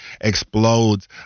explodes